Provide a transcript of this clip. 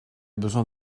besoin